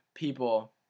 People